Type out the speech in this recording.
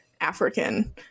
African